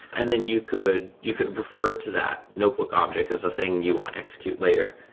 and then you could you could refer to that notebook object as the thing you want to execute later.